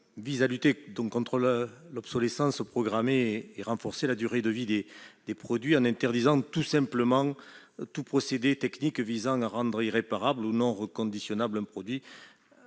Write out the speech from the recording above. vise à lutter contre l'obsolescence programmée et à allonger la durée de vie des produits en interdisant tout procédé technique visant à rendre irréparable ou non reconditionnable un produit.